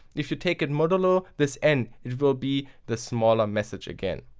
if you take it modulo this n, it will be the smaller message again.